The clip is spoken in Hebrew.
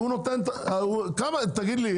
תגיד לי,